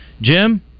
Jim